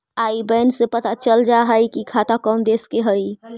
आई बैन से पता चल जा हई कि खाता कउन देश के हई